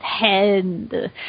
head